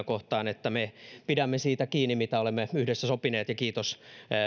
kohtaan että me pidämme siitä kiinni mitä olemme yhdessä sopineet ja kiitos